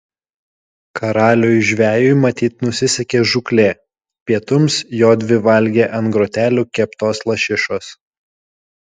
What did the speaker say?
karaliui žvejui matyt nusisekė žūklė pietums jodvi valgė ant grotelių keptos lašišos